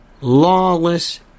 lawless